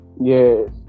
yes